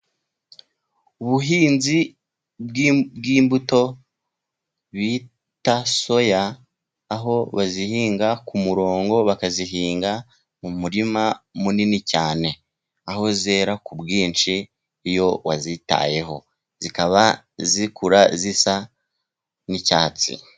Ubuhinzi bw'imbuto bita soya aho bazihinga ku murongo bakazihinga mu murima munini cyane. Aho zera ku bwinshi iyo wazitayeho zikaba zikura zisa n'icyatsi.